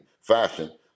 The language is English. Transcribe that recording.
fashion